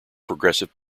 progressive